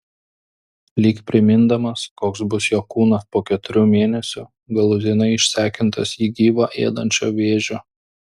lyg primindamas koks bus jo kūnas po keturių mėnesių galutinai išsekintas jį gyvą ėdančio vėžio